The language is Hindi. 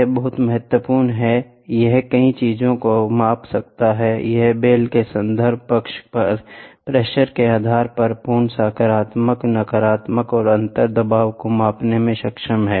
यह बहुत महत्वपूर्ण है यह कई चीजों को माप सकता है यह बेल के संदर्भ पक्ष पर प्रेशर के आधार पर पूर्ण सकारात्मक नकारात्मक और अंतर दबाव को मापने में सक्षम है